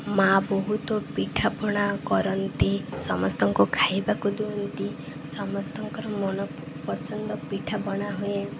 ମାଆ ବହୁତ ପିଠାପଣା କରନ୍ତି ସମସ୍ତଙ୍କୁ ଖାଇବାକୁ ଦିଅନ୍ତି ସମସ୍ତଙ୍କର ମନ ପସନ୍ଦ ପିଠାପଣା ହୁଏ